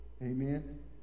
Amen